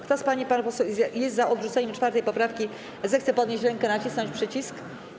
Kto z pań i panów posłów jest za odrzuceniem 4. poprawki, zechce podnieść rękę i nacisnąć przycisk.